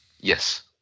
Yes